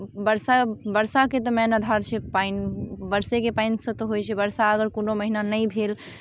वर्षा वर्षाके तऽ मेन आधार छै पानि वर्षेके पानिसँ तऽ होइ छै वर्षा अगर कोनो महीना नहि भेल